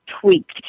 tweaked